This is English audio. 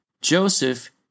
Joseph